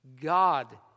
God